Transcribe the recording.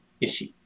issue